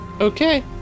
Okay